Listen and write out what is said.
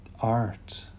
art